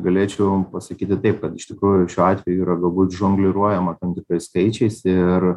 galėčiau pasakyti taip kad iš tikrųjų šiuo atveju yra galbūt žongliruojama tam tikrais skaičiais ir